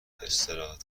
استراحت